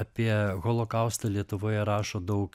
apie holokaustą lietuvoje rašo daug